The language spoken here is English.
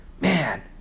Man